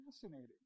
fascinating